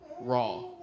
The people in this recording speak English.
raw